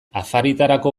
afaritarako